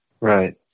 Right